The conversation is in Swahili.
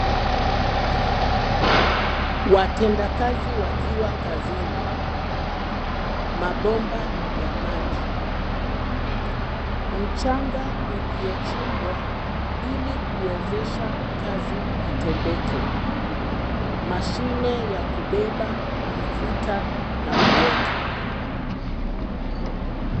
Watenda kazi wakiwa kazini. Mabomba ya maji. Mchanga uliochimbwa ili kuwezesha kazi itendeke. Mashine ya kubeba, kuvuta na kuweka.